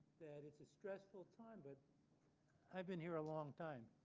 that it's a stressful time. but i've been here a long time.